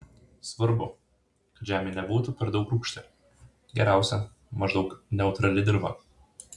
svarbu kad žemė nebūtų per daug rūgšti geriausia maždaug neutrali dirva